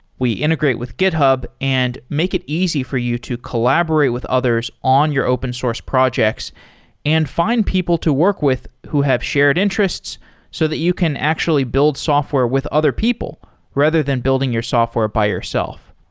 we integrate with github and make it easy for you to collaborate with others on your open source projects and find people to work with who have shared interests so that you can actually build software with other people rather than building your software by yourself.